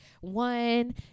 one